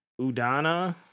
Udana